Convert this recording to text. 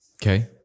Okay